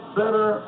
better